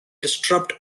disrupt